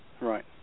Right